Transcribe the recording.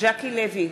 ז'קי לוי,